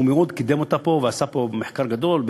שמאוד קידם אותה פה ועשה פה מחקר גדול.